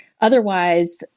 otherwise